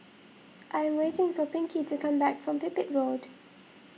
I am waiting for Pinkie to come back from Pipit Road